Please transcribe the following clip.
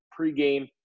pregame